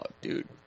dude